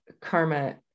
karma